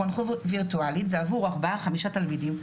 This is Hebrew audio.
חונכות וירטואלית זה עבור ארבעה-חמישה תלמידים,